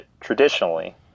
traditionally